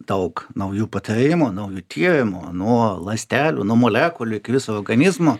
daug naujų patarimų naujų tyrimų nuo ląstelių nuo molekulių iki viso organizmo